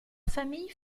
famille